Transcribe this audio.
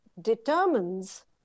determines